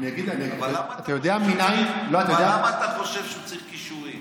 אבל למה אתה חושב שצריך כישורים?